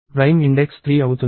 prime index 3 అవుతుంది